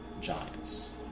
giants